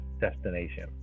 destination